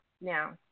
Now